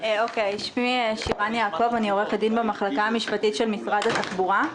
אני עורכת דין במחלקה המשפטית של משרד התחבורה.